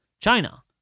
China